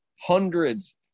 hundreds